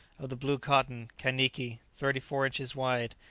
of the blue cotton, kaniki, thirty-four inches wide,